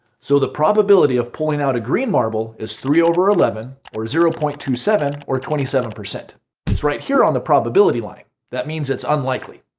so the probability of pulling out a green marble is three eleven or zero point two seven or twenty seven percent it's right here on the probability line. that means it's unlikely.